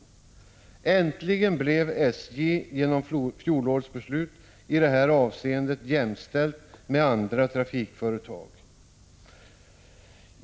Äntligen blev SJ, genom fjolårets beslut, i detta avseende jämställt med andra trafikföretag.